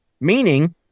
Meaning